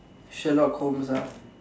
Sherlock-Holmes ah